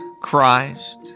Christ